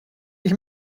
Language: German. ich